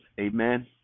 amen